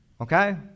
Okay